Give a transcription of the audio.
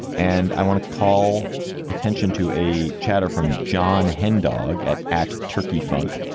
and i want to call attention to a chatter from john hend dog at at turkey funk.